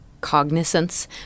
cognizance